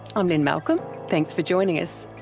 i'm lynne malcolm. thanks for joining us